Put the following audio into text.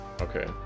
Okay